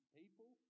people